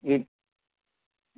جی